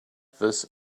this